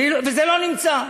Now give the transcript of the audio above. וזה לא נמצא.